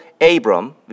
Abram